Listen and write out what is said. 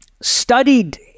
studied